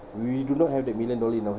we do not have the million dollar now